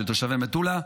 של תושבי מטולה,